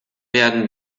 werden